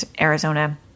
Arizona